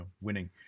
winning